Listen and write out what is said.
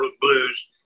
blues